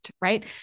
right